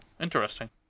interesting